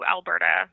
Alberta